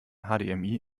hdmi